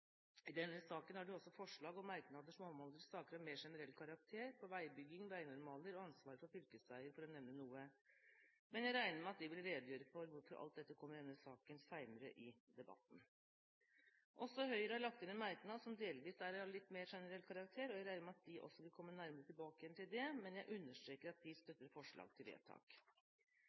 I denne saken er det også forslag og merknader som omhandler saker av mer generell karakter på veibygging, veinormaler og ansvar for fylkesveier, for å nevne noe, men jeg regner med at de vil redegjøre for hvorfor alt dette kommer i denne saken senere i debatten. Høyre har også lagt inn en merknad som delvis er av litt mer generell karakter, og jeg regner med at de også vil komme nærmere tilbake til det. Men jeg understreker at de støtter forslaget til vedtak.